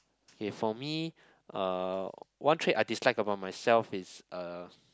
okay for me uh one trait I dislike about myself is uh